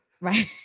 Right